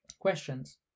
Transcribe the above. Questions